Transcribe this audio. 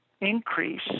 increase